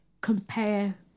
compare